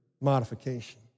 modification